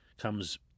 comes